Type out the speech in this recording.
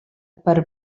per